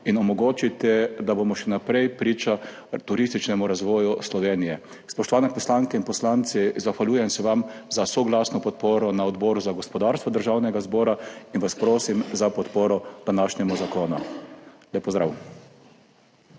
in omogočite, da bomo še naprej priča turističnemu razvoju Slovenije. Spoštovane poslanke in poslanci! Zahvaljujem se vam za soglasno podporo na Odboru za gospodarstvo Državnega zbora in vas prosim za podporo današnjemu zakonu. Lep pozdrav.